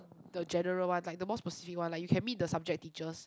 the general ones like the more specific one like you can meet the subject teachers